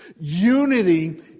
Unity